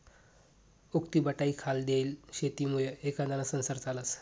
उक्तीबटाईखाल देयेल शेतीमुये एखांदाना संसार चालस